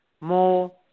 more